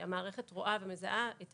המערכת רואה ומזהה את